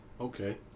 Okay